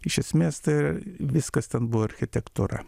iš esmės tai viskas ten buvo architektūra